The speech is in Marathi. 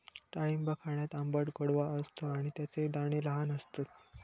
डाळिंब खाण्यात आंबट गोडवा असतो आणि त्याचे दाणे लहान असतात